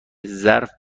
ظرف